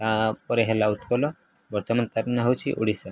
ତାପରେ ହେଲା ଉତ୍କଳ ବର୍ତ୍ତମାନ ତାର ନାଁ ହେଉଛି ଓଡ଼ିଶା